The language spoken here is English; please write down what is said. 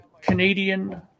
canadian